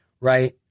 right